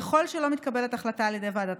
ככל שלא מתקבלת החלטה על ידי ועדת